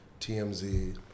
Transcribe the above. TMZ